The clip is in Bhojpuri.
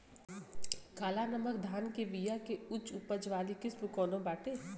काला नमक धान के बिया के उच्च उपज वाली किस्म कौनो बाटे?